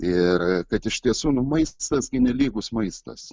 ir kad iš tiesų maistas gi nelygus maistas